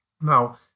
Now